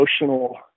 emotional